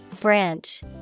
Branch